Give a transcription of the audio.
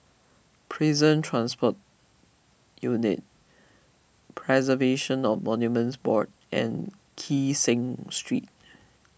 Prison Transport Unit Preservation of Monuments Board and Kee Seng Street